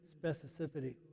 specificity